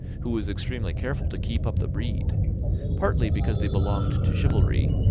who was extremely careful to keep up the breed partly because they belonged to chivalry,